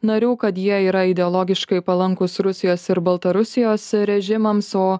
narių kad jie yra ideologiškai palankūs rusijos ir baltarusijos režimams o